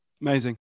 Amazing